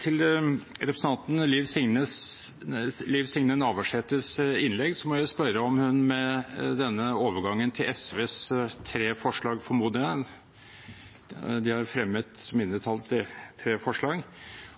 til representanten Liv Signe Navarsetes innlegg: Jeg må spørre om hun med denne overgangen til SVs tre forslag – formoder jeg, de har fremmet tre mindretallsforslag –